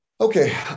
Okay